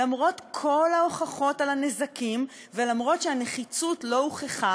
למרות כל ההוכחות על הנזקים ולמרות שהנחיצות לא הוכחה.